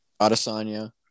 Adesanya